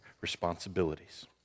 responsibilities